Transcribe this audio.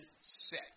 set